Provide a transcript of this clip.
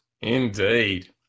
Indeed